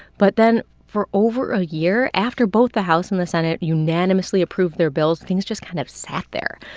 but then for over a year, after both the house and the senate unanimously approved their bills, things just kind of sat there.